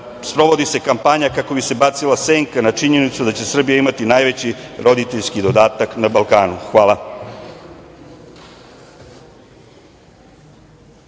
sprovodi se kampanja kako bi se bacila senka na činjenicu da će Srbija imati najveći roditeljski dodatak na Balkanu? Hvala.